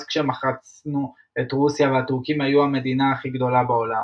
כשמחצנו את רוסיה והטורקים היו המדינה הכי גדולה בעולם...